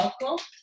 welcome